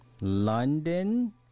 london